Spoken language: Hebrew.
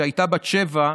כשהייתה בת שבע,